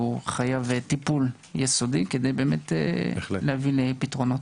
חייב טיפול יסודי כדי להביא לפתרונות.